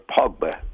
Pogba